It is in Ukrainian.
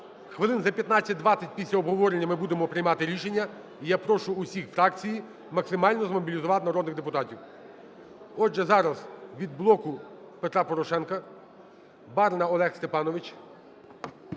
Хвилин за 15-20 після обговорення ми будемо приймати рішення і я прошу усі фракції максимально змобілізувати народних депутатів. Отже, зараз від "Блоку Петра Порошенка" Барна Олег Степанович.